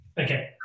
Okay